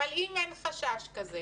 אבל אם אין חשש כזה